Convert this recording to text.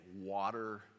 water